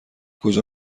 کجا